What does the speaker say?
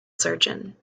surgeon